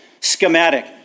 schematic